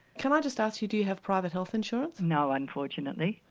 can i just ask you do you have private health insurance? no, unfortunately,